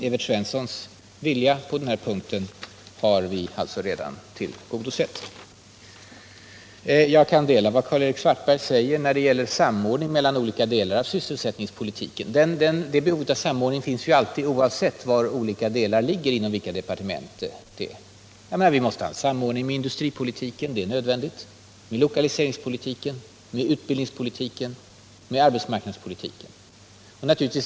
Evert Svenssons önskemål på denna punkt har vi alltså redan tillgodosett. Jag kan instämma i Karl-Erik Svartbergs uttalande när det gäller samordning mellan olika delar av sysselsättningspolitiken. Ett behov av samordning finns ju alltid, oavsett inom vilka departement olika delar ligger. Det är nödvändigt att ha en samordning med industripolitiken, med lokaliseringspolitiken, med utbildningspolitiken, med arbetsmarknadspolitiken.